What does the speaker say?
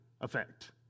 effect